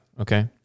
Okay